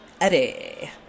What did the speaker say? Eddie